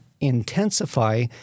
intensify